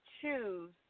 choose